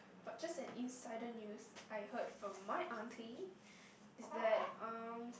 but just an insider news I heard from my auntie that um